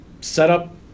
Setup